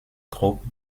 groupes